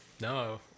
No